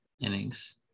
innings